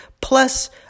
plus